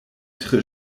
tre